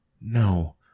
no